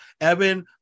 Evan